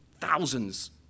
thousands